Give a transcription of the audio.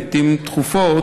לעיתים תכופות,